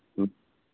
ഉം